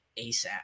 ASAP